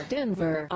Denver